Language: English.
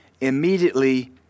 immediately